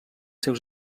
seus